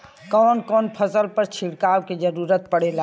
कवन कवन फसल पर छिड़काव के जरूरत पड़ेला?